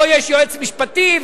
פה יש יועץ משפטי,